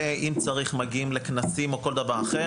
אם צריך, מגיעים לכנסים או כל דבר אחר.